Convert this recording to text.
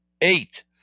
eight